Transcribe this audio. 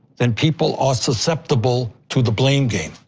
then people are susceptible to the blame game.